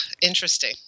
interesting